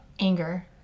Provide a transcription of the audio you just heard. anger